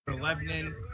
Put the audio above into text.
Lebanon